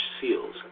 seals